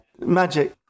Magic